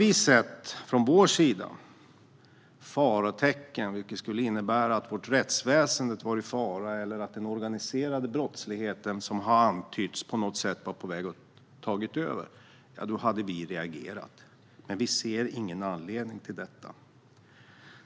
Vi hade reagerat om vi hade sett tecken på att vårt rättsväsen skulle vara i fara eller att den organiserade brottsligheten - vilket har antytts - skulle vara på väg att ta över. Men vi ser ingen anledning till detta.